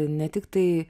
ne tiktai